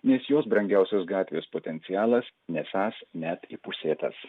nes jos brangiausios gatvės potencialas nesąs net įpusėtas